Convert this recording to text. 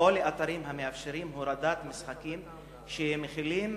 או לאתרים המאפשרים הורדת משחקים שמכילים